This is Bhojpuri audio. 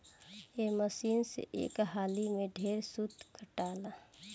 ए मशीन से एक हाली में ढेरे सूत काताला